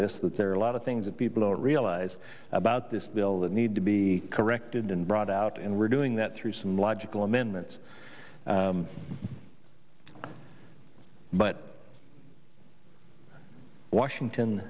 this that there are a lot of things that people realize about this bill that need to be corrected and brought out and we're doing that through some logical amendments but washington